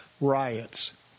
riots